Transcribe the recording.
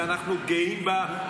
ואנחנו גאים בה,